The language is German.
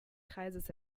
kreises